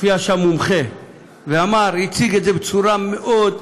הופיע שם מומחה והציג את זה בצורה מאוד,